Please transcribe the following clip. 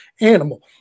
animal